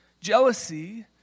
jealousy